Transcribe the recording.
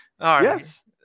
Yes